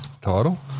title